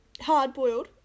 Hard-boiled